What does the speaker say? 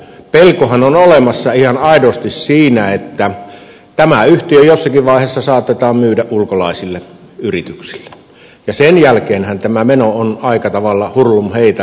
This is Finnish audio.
pelkohan on olemassa ihan aidosti siinä että tämä yhtiö jossakin vaiheessa saatetaan myydä ulkolaisille yrityksille ja sen jälkeenhän tämä meno voi olla aika tavalla hurlumheitä